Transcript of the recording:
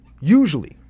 usually